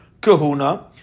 kahuna